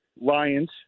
Lions